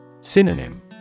Synonym